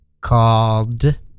called